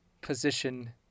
position